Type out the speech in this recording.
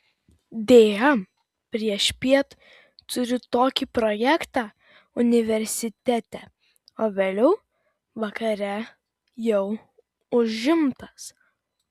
deja priešpiet turiu tokį projektą universitete o vėliau vakare jau užimtas